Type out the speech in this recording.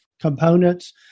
components